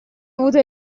avuto